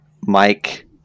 Mike